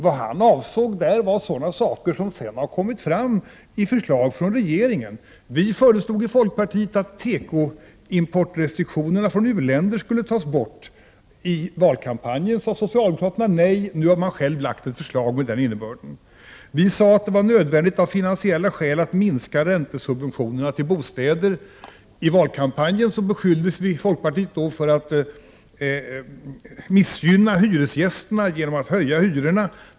Vad han avsåg är borgerliga förslag som senare har tagits upp av regeringen. Vii folkpartiet föreslog att restriktionerna för tekoimport från u-länderna skulle tas bort. I valkampanjen sade socialdemokraterna nej. Nu har socialdemokraterna lagt fram ett förslag med den innebörden. Vi sade att det var nödvändigt av finansiella skäl att minska räntesubventionerna till bostäder. I valkampanjen beskylldes vi för att missgynna hyresgästerna genom att vilja höja hyrorna.